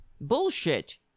bullshit